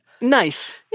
Nice